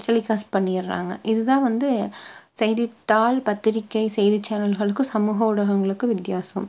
telecast பண்ணிடுறாங்க இதுதான் வந்து செய்தித்தாள் பத்திரிக்கை செய்தி சேனல்களுக்கும் சமூக ஊடகங்களுக்கும் வித்தியாசம்